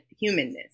humanness